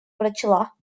прочла